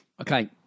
Okay